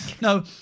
No